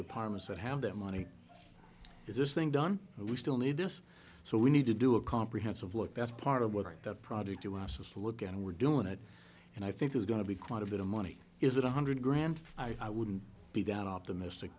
departments that have that money is this thing done we still need this so we need to do a comprehensive look that's part of what that project to us was to look at and we're doing it and i think there's going to be quite a bit of money is it one hundred grand i wouldn't be down optimistic